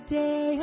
day